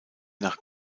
nach